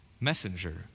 Messenger